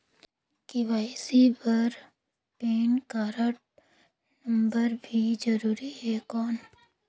KYC बर pan card number भी जरूरी हे कौन?